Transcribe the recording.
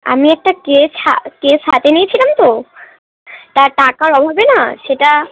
আমি একটা কেস হা কেস হাতে নিয়েছিলাম তো তা টাকার অভাবে না সেটা